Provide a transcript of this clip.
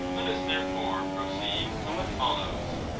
let us therefore pro ceed to what follows.